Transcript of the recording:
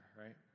right